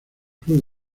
cruz